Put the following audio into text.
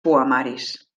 poemaris